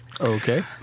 Okay